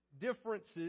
differences